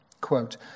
Quote